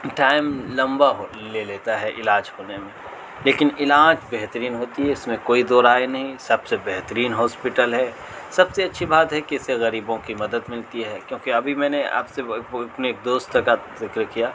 time لمبا ہو لے لیتا ہے علاج ہونے میں لیکن علاج بہترین ہوتی ہے اس میں کوئی دو رائے نہیں ہے سب سے بہترین ہاسپٹل ہے سب سے اچھی بات ہے کہ اس سے غریبوں کی مدد ملتی ہے کیوں کہ ابھی میں نے آپ سے اپنے ایک دوست کا ذکر کیا